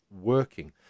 working